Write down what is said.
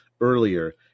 earlier